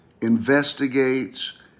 investigates